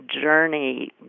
journey